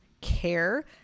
care